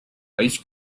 ice